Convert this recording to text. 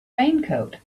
raincoat